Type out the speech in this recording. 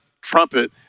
trumpet